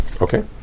Okay